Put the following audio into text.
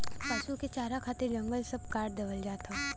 पसु के चारा खातिर जंगल सब काट देवल जात हौ